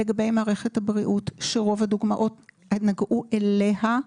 לגבי מערכת הבריאות, שרוב הדוגמאות נגעו אליה,